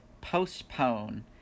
Postpone